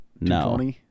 No